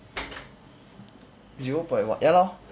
zero point one ya lor